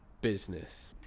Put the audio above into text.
business